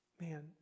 man